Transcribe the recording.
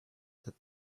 that